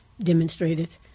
demonstrated